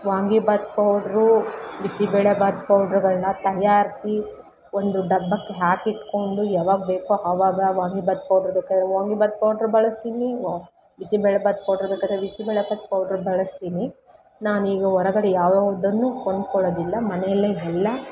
vangibath powder bisibele bath ಪೌಡ್ರುಗಳನ್ನ ತಯಾರಿಸಿ ಒಂದು ಡಬ್ಬಕ್ಕೆ ಹಾಕಿಟ್ಕೊಂಡು ಯಾವಾಗ್ ಬೇಕೊ ಆವಾಗ ವಾಂಗಿಭಾತ್ ಪೌಡ್ರ್ ಬೇಕಾದರೆ ವಾಂಗಿಭಾತ್ ಪೌಡ್ರ್ ಬಳಸ್ತೀನಿ ವ್ ಬಿಸಿಬೇಳೆ ಭಾತ್ ಪೌಡ್ರ್ ಬೇಕಾದರೆ ಬಿಸಿಬೇಳೆ ಭಾತ್ ಪೌಡ್ರ್ ಬಳಸ್ತೀನಿ ನಾನು ಈಗ ಹೊರಗಡೆ ಯಾವಯಾವ್ದನ್ನು ಕೊಂಡ್ಕೊಳ್ಳೋದಿಲ್ಲ ಮನೆಯಲ್ಲೆ ಎಲ್ಲ